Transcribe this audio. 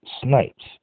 Snipes